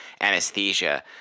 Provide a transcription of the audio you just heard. anesthesia